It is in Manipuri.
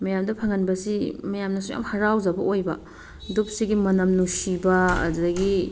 ꯃꯌꯥꯝꯗ ꯐꯪꯍꯟꯕꯁꯤ ꯃꯌꯥꯝꯅꯁꯨ ꯌꯥꯝ ꯍꯔꯥꯎꯖꯕ ꯑꯣꯏꯕ ꯗꯨꯛꯁꯤꯒꯤ ꯃꯅꯨꯝ ꯅꯨꯡꯁꯤꯕ ꯑꯗꯨꯗꯒꯤ